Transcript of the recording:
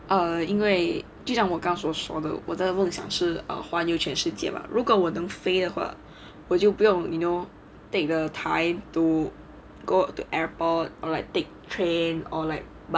err 因为就像我刚所说的我的梦想是 err 环游全世界吧如果我能飞的话我就不用 you know take the time to go to airport or like take train or like buses